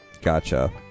Gotcha